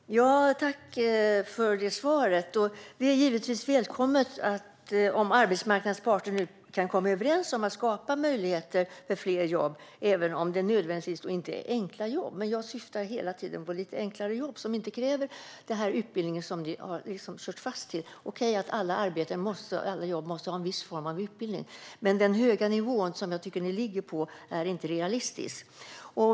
Herr talman! Tack, Mikael Damberg, för svaret! Det är givetvis välkommet om arbetsmarknadens parter nu kan komma överens om att skapa möjligheter till fler jobb, även om det inte nödvändigtvis är enkla jobb. Men jag syftar hela tiden på lite enklare jobb, som inte kräver den utbildning som ni har kört fast i. Visst krävs det en viss utbildning för alla arbeten, men den höga nivå som jag tycker att ni ligger på är inte realistisk.